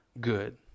good